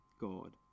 God